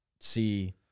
see